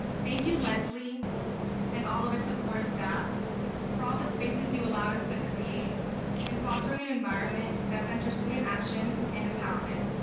thank you lesley and all of its supportive staff for all the spaces you allowed us to create and fostering an environment that centers student action and empowerment.